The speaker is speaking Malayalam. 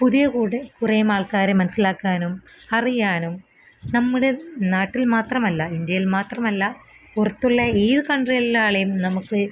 പുതിയെ കൂടെ കുറെ ആൾക്കാരെ മനസിലാക്കാനും അറിയാനും നമ്മുടെ നാട്ടിൽ മാത്രം അല്ല ഇന്ത്യയിൽ മാത്രമല്ല പുറത്തുള്ള ഏത് കൺട്രീലുള്ള ആളേം നമുക്ക്